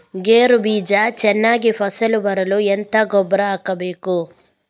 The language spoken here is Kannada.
ಗೇರು ಬೀಜ ಚೆನ್ನಾಗಿ ಫಸಲು ಬರಲು ಎಂತ ಗೊಬ್ಬರ ಹಾಕಬೇಕು?